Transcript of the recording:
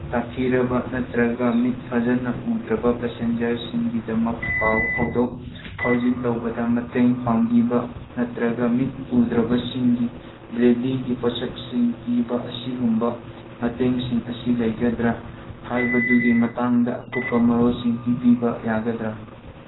ꯇꯥꯊꯤꯔꯕ ꯅꯠꯇ꯭ꯔꯒ ꯃꯤꯠ ꯐꯖꯅ ꯎꯗ꯭ꯔꯕ ꯄꯦꯁꯦꯟꯖꯔꯁꯤꯡꯒꯤꯗꯃꯛ ꯄꯥꯎ ꯐꯥꯎꯗꯣꯛ ꯐꯥꯎꯖꯤꯟ ꯇꯧꯕꯗ ꯃꯇꯦꯡ ꯄꯥꯡꯕꯤꯕ ꯅꯠꯇ꯭ꯔꯒ ꯃꯤꯠ ꯎꯗ꯭ꯔꯕꯁꯤꯡꯒꯤ ꯕ꯭ꯔꯦꯜꯂꯤꯒꯤ ꯄꯣꯠꯁꯛꯁꯤꯡ ꯄꯤꯕ ꯑꯁꯤꯒꯨꯝꯕ ꯃꯇꯦꯡꯁꯤꯡ ꯑꯁꯤ ꯂꯩꯒꯗ꯭ꯔ ꯍꯥꯏꯕꯗꯨꯒꯤ ꯃꯇꯥꯡꯗ ꯑꯀꯨꯞꯄ ꯃꯔꯣꯜꯁꯤꯡ ꯄꯤꯕꯤꯕ ꯌꯥꯒꯗ꯭ꯔ